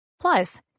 plus